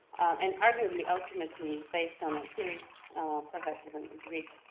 and arguably ultimately based on assyrian or perhaps even greek